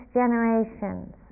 generations